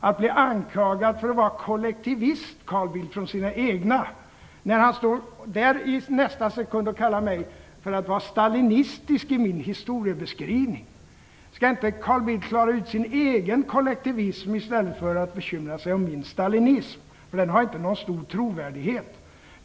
Först blir Carl Bildt av sina egna anklagad för att vara kollektivist, och i nästa sekund beskyller han mig för att vara stalinistisk i min historieskrivning. Borde inte Carl Bildt klara ut sin egen kollektivism i stället för att bekymra sig över min stalinism, för den har inte någon stor trovärdighet?